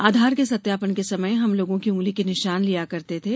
आधार के सत्यापन के समय में हम लोगों की उंगली के निशान दिया करते थे